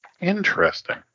Interesting